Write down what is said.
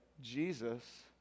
Jesus